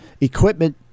equipment